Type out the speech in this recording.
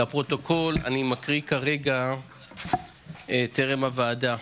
אני קובע כי הצעת חוק הארכת תקופות ודחיית מועדים (הוראת שעה,